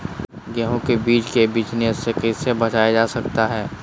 गेंहू के बीज को बिझने से कैसे बचाया जा सकता है?